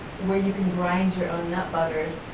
where you can grind your own nut butters,